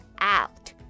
out